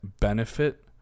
benefit